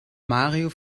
mario